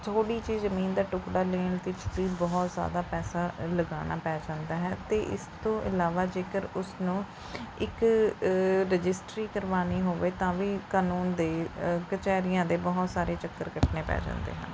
ਥੋੜ੍ਹੀ ਜਿਹੀ ਜ਼ਮੀਨ ਦਾ ਟੁੱਕੜਾ ਲੈਣ ਵਿੱਚ ਵੀ ਬਹੁਤ ਜ਼ਿਆਦਾ ਪੈਸਾ ਲਗਾਉਣਾ ਪੈ ਜਾਂਦਾ ਹੈ ਅਤੇ ਇਸ ਤੋਂ ਇਲਾਵਾ ਜੇਕਰ ਉਸਨੂੰ ਇੱਕ ਰਜਿਸਟਰੀ ਕਰਵਾਉਣੀ ਹੋਵੇ ਤਾਂ ਵੀ ਕਾਨੂੰਨ ਦੇ ਕਚਹਿਰੀਆਂ ਦੇ ਬਹੁਤ ਸਾਰੇ ਚੱਕਰ ਕੱਟਣੇ ਪੈ ਜਾਂਦੇ ਹਨ